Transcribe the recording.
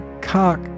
cock